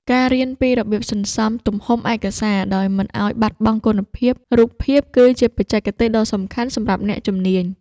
ការរៀនពីរបៀបសន្សំទំហំឯកសារដោយមិនឱ្យបាត់បង់គុណភាពរូបភាពគឺជាបច្ចេកទេសដ៏សំខាន់សម្រាប់អ្នកជំនាញ។